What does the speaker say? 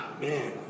Man